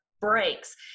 breaks